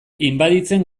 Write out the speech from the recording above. inbaditzen